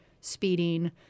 speeding